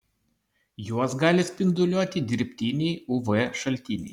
juos gali spinduliuoti dirbtiniai uv šaltiniai